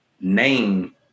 name